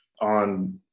on